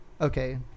Okay